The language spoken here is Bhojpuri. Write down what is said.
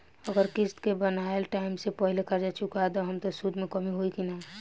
अगर किश्त के बनहाएल टाइम से पहिले कर्जा चुका दहम त सूद मे कमी होई की ना?